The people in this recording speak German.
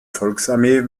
volksarmee